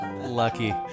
Lucky